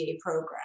program